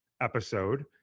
episode